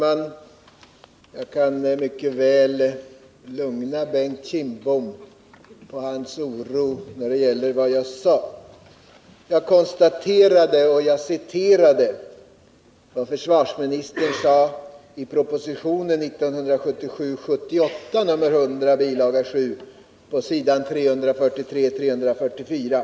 Herr talman! Bengt Kindbom blev orolig med anledning av vad jag sade, men jag kan mycket väl lugna honom. Jag citerade vad försvarsministern skrev i proposition 1977/78:100, bil. 7, s. 343-344.